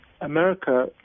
America